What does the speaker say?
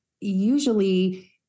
usually